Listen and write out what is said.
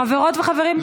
חברות וחברים,